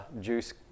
juice